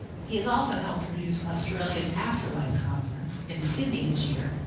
he's also helped produced australia's afterlife conference in sydney this year,